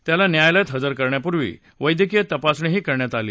त्याला न्यायालयात हजर करण्यापूर्वी वैद्यकीय तपासणीही करण्यात आली